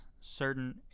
certain